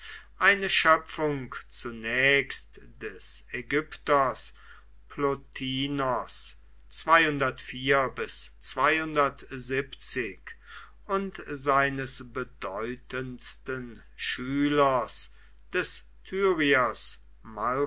eine schöpfung zunächst des ägypters plotin und seines bedeutendsten schülers des tyriers